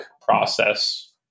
process